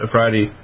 Friday